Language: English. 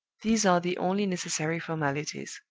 these are the only necessary formalities.